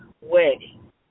wedding